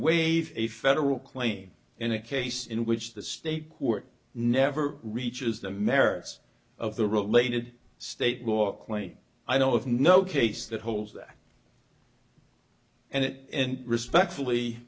waive a federal claim in a case in which the state court never reaches the merits of the related state law claiming i know of no case that holds that and it respectfully